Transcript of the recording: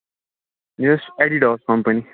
یہِ ٲسۍ Adidas company